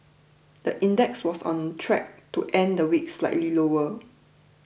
the index was on track to end the week slightly lower